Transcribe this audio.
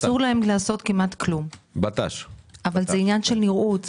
אסור להם לעשות כמעט כלום אבל זה עניין של נראות.